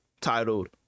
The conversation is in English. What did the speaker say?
titled